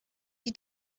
die